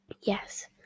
Yes